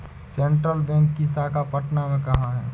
Central Bank की शाखा पटना में कहाँ है?